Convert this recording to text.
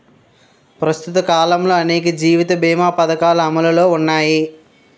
ప్రస్తుత కాలంలో అనేక జీవిత బీమా పధకాలు అమలులో ఉన్నాయి